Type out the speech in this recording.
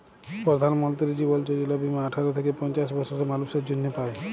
পরধাল মলতিরি জীবল যজলা বীমা আঠার থ্যাইকে পঞ্চাশ বসরের মালুসের জ্যনহে পায়